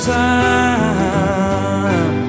time